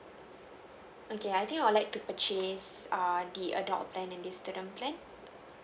okay I think I would like to purchase err the adult plan and the student plan